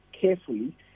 carefully